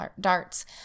darts